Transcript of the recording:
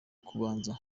kubanza